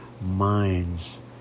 minds